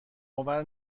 آور